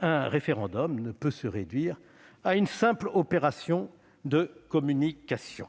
Un référendum ne peut se réduire à une simple opération de communication.